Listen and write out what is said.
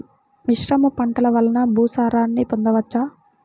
మిశ్రమ పంటలు వలన భూసారాన్ని పొందవచ్చా?